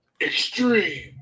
extreme